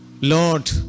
Lord